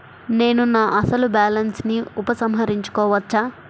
నేను నా అసలు బాలన్స్ ని ఉపసంహరించుకోవచ్చా?